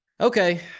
okay